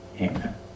Amen